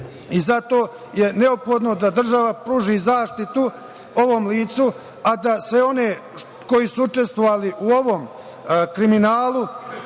i zato je neophodno da država pruži zaštitu ovom licu, a da sve one koji su učestvovali u ovom kriminalu